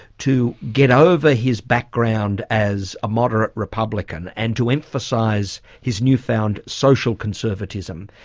to get over his background as a moderate republican and to emphasise his new found social conservatism,